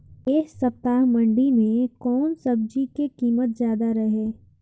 एह सप्ताह मंडी में कउन सब्जी के कीमत ज्यादा रहे?